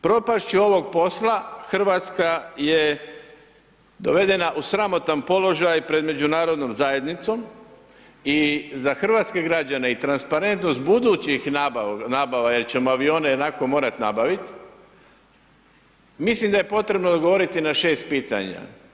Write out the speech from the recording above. Propašću ovog posla RH je dovedena u sramotan položaj pred međunarodnom zajednicom i za hrvatske građane i transparentnost budućih nabava jel ćemo avione ionako morat nabavit, mislim da je potrebno odgovorit na 6 pitanja.